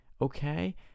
okay